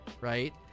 right